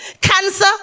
cancer